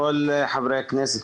כל חברי הכנסת,